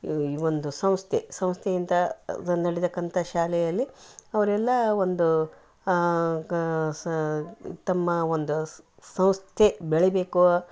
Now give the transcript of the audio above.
ಈ ಒಂದು ಸಂಸ್ಥೆ ಸಂಸ್ಥೆಯಿಂದ ನಡೆತಕ್ಕಂಥ ಶಾಲೆಯಲ್ಲಿ ಅವರೆಲ್ಲ ಒಂದು ಕ ಸ ತಮ್ಮ ಒಂದು ಸಂಸ್ಥೆ ಬೆಳಿಬೇಕು